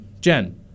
Jen